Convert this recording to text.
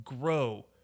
grow